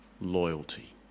loyalty